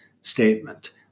statement